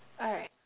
alright